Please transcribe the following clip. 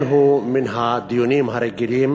שאין הוא מן הדיונים הרגילים,